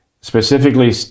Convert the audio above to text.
specifically